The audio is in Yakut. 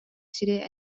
сири